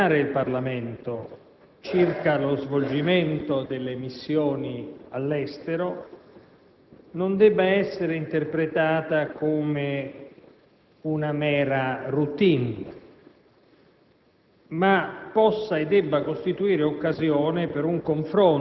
che impone al Governo di informare il Parlamento circa lo svolgimento delle missioni all'estero non debba essere interpretata come una mera *routine*,